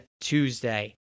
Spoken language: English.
Tuesday